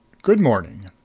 good morning.